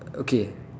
okay